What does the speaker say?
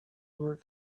were